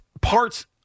parts